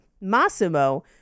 Massimo